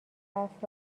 حرف